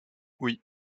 oui